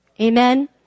Amen